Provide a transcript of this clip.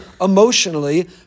emotionally